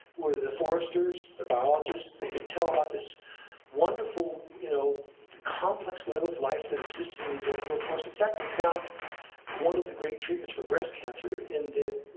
were the foresters, the biologists, they could tell about this wonderful, the you know complex web of life that existed in these old-growth forests. in fact, they found one of the great treatments for breast cancer in the